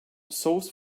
sauce